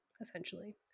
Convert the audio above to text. essentially